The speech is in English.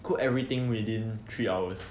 put everything within three hours